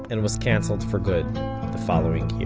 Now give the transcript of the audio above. and was canceled for good the following